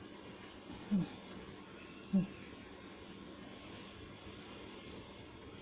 mm mm